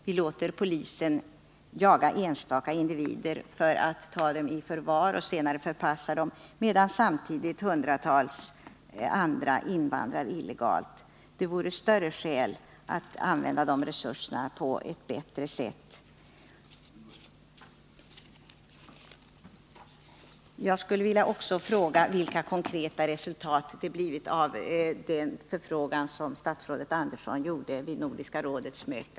Vi låter polisen jaga enstaka individer för att ta dem i förvar och senare förpassa dem, medan samtidigt hundratals andra invandrar illegalt. Det vore skäl att använda resurserna på ett bättre sätt. Jag skulle också vilja fråga vilka konkreta resultat det blivit av den förfrågan som statsrådet Andersson gjorde vid Nordiska rådets möte.